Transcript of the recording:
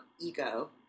ego